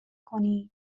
کنید